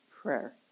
prayer